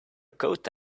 coat